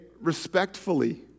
respectfully